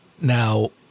Now